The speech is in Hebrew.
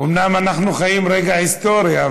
אומנם אנחנו חיים רגע היסטורי,